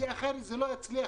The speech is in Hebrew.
כי אחרת זה לא יצליח,